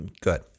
good